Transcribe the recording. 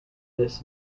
this